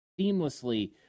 seamlessly